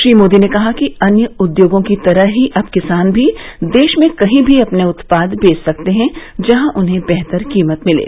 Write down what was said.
श्री मोदी ने कहा कि अन्य उद्योगों की तरह ही अब किसान भी देश में कहीं भी अपने उत्पाद बेच सकते हैं जहां उन्हें बेहतर कीमत मिले